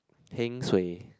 heng suay